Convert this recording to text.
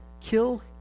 kill